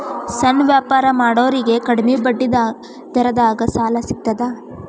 ಸಣ್ಣ ವ್ಯಾಪಾರ ಮಾಡೋರಿಗೆ ಕಡಿಮಿ ಬಡ್ಡಿ ದರದಾಗ್ ಸಾಲಾ ಸಿಗ್ತದಾ?